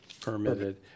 permitted